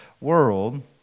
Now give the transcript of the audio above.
world